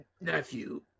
nephew